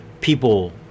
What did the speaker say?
people